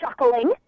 chuckling